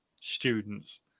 students